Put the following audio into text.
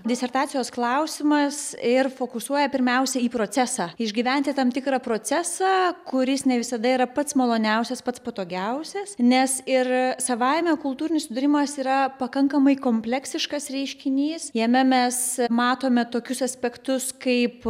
disertacijos klausimas ir fokusuoja pirmiausia į procesą išgyventi tam tikrą procesą kuris ne visada yra pats maloniausias pats patogiausias nes ir savaime kultūrinis susidūrimas yra pakankamai kompleksiškas reiškinys jame mes matome tokius aspektus kaip